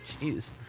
Jeez